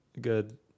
good